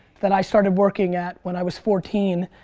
that i started working at when i was fourteen,